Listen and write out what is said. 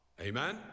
Amen